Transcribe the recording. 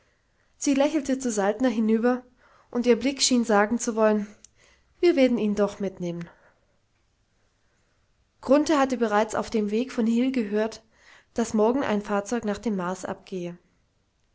sie lächelte zu saltner hinüber und ihr blick schien sagen zu wollen wir werden ihn doch mitnehmen grunthe hatte bereits auf dem weg von hil gehört daß morgen ein fahrzeug nach dem mars abgehe